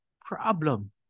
problem